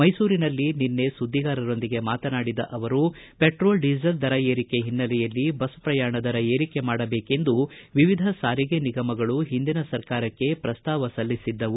ಮೈಸೂರಿನಲ್ಲಿ ನಿನ್ನೆ ಸುದ್ದಿಗಾರರೊಂದಿಗೆ ಮಾತನಾಡಿದ ಅವರು ಪೆಟ್ರೋಲ್ ಡೀಸೆಲ್ ದರ ಏರಿಕೆ ಹಿನ್ನೆಲೆಯಲ್ಲಿ ಬಸ್ ಪ್ರಯಾಣ ದರ ಏರಿಕೆ ಮಾಡಬೇಕೆಂದು ವಿವಿಧ ಸಾರಿಗೆ ನಿಗಮಗಳು ಹಿಂದಿನ ಸರ್ಕಾರಕ್ಕೆ ಪ್ರಸ್ತಾವ ಸಲ್ಲಿಸಿದ್ದವು